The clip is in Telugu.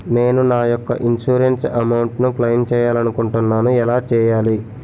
నేను నా యెక్క ఇన్సురెన్స్ అమౌంట్ ను క్లైమ్ చేయాలనుకుంటున్నా ఎలా చేయాలి?